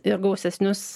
ir gausesnius